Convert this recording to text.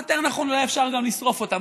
או יותר נכון אולי אפשר גם לשרוף אותם,